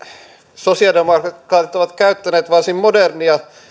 sosialidemokraatit ovat käyttäneet varsin modernia